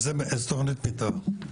איזה תוכנית מתאר?